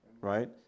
Right